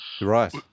right